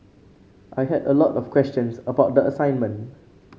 I had a lot of questions about the assignment